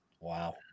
Wow